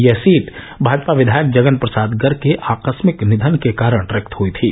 यह सीट भाजपा विधायक जगन प्रसाद गर्ग के आकस्मिक निधन के कारण रिक्त हुयी थी